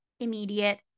immediate